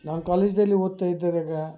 ನಾನು ಕಾಲೇಜ್ದಲ್ಲಿ ಓದ್ತಾ ಇದ್ದರೆಗ